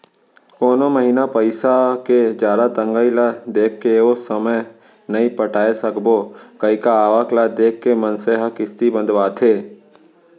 कोनो महिना पइसा के जादा तंगई ल देखके ओ समे नइ पटाय सकबो कइके आवक ल देख के मनसे ह किस्ती बंधवाथे